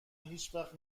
هیچوقت